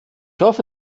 hoffe